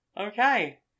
Okay